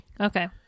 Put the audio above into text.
Okay